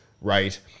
right